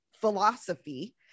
philosophy